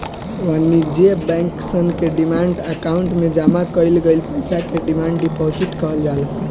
वाणिज्य बैंक सन के डिमांड अकाउंट में जामा कईल गईल पईसा के डिमांड डिपॉजिट कहल जाला